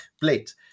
plate